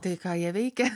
tai ką jie veikia